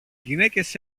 γυναίκες